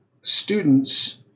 students